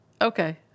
Okay